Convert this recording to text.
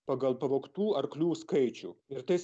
pagal pavogtų arklių skaičių ir tais